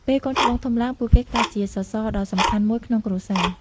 ពេលកូនច្បងធំឡើង ពួកគេក្លាយជាសសរដ៏សំខាន់មួយក្នុងគ្រួសារ។